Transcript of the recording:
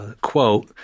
quote